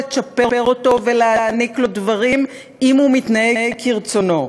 לצ'פר אותו ולהעניק לו דברים אם הוא מתנהג כרצונו.